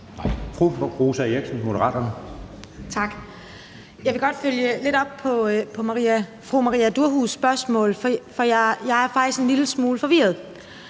Rosa Eriksen (M): Tak. Jeg vil godt følge lidt op på fru Maria Durhuus' spørgsmål, for jeg er faktisk en lille smule forvirret.